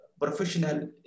professional